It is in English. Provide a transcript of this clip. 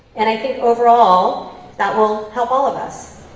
and i think overall that will help all of us.